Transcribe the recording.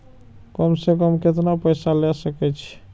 कम से कम केतना पैसा ले सके छी?